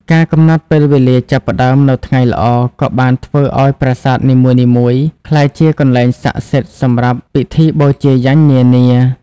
ការកំណត់ពេលវេលាចាប់ផ្តើមនៅថ្ងៃល្អក៏បានធ្វើឲ្យប្រាសាទនីមួយៗក្លាយជាកន្លែងស័ក្តិសិទ្ធិសម្រាប់ពិធីបូជាយញ្ញនានា។